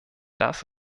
das